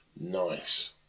nice